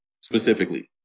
specifically